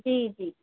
जी जी